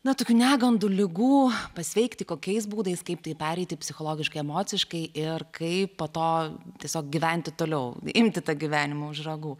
na tokių negandų ligų pasveikti kokiais būdais kaip tai pereiti psichologiškai emociškai ir kaip po to tiesiog gyventi toliau imti tą gyvenimą už ragų